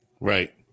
Right